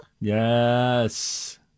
Yes